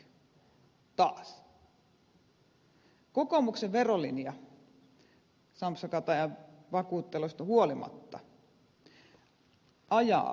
kokoomuksen verolinja sampsa katajan vakuutteluista huolimatta ajaa tasaveron linjaa